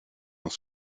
dans